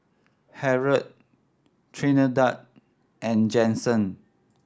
Harold Trinidad and Jensen